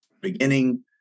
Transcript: beginning